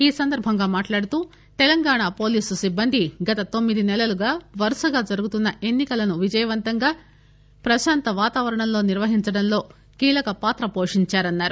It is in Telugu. ఈ సందర్బంగా మాట్లాడుతూ తెలంగాణ పోలీసు సిబ్బంది గత తొమ్మిది నెలలుగా వరుసగా జరుగుతున్న ఎన్ని కలను విజయవంతంగా ప్రశాంత వాతావరణంలో నిర్వహించడంలో కీలక పాత్ర పోషించారని అన్నారు